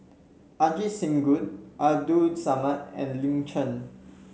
Ajit Singh Gill Abdul Samad and Lin Chen